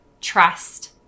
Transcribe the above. trust